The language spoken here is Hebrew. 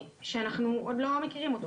שאנחנו עוד לא מכירים אותו